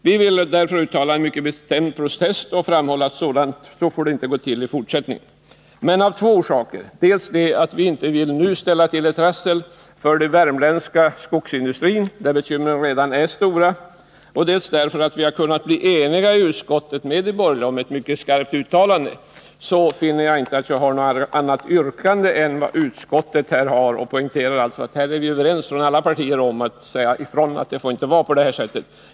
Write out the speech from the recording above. Vi vill därför uttala en mycket bestämd protest och framhålla, att det inte får gå till så i fortsättningen. Men av två orsaker — dels därför att vi inte nu vill ställa till trassel för den värmländska skogsindustrin, där bekymren redan är stora, dels därför att vi har kunnat bli eniga med de borgerliga i utskottet om ett mycket skarpt uttalande — har jag inte något annat yrkande än utskottets. Jag vill alltså poängtera att vi från alla partier är överens om att det inte får vara på det här sättet.